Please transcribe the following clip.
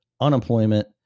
unemployment